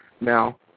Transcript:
Now